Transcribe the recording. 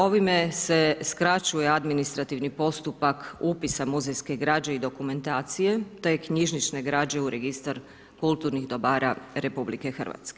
Ovime se skraćuje administrativni postupak upisa muzejske građe i dokumentacije, te knjižnične građe u registar kulturnih dobara RH.